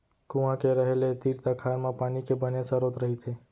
कुँआ के रहें ले तीर तखार म पानी के बने सरोत रहिथे